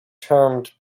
termed